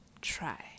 try